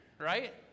right